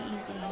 easy